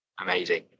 Amazing